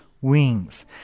wings